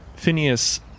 Phineas